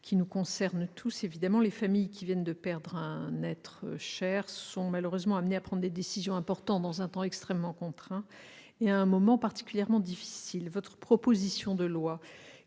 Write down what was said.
qui nous concerne évidemment tous. Les familles venant de perdre un être cher sont malheureusement amenées à prendre des décisions importantes, dans un temps extrêmement contraint et à un moment particulièrement difficile. Votre proposition de loi,